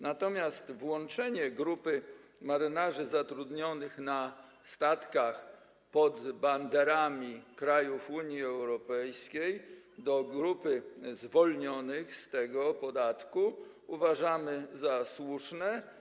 Natomiast włączenie grupy marynarzy zatrudnionych na statkach pod banderami krajów Unii Europejskiej do grupy zwolnionych z tego podatku uważamy za słuszne.